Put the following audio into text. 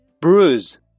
bruise